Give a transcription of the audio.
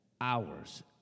hours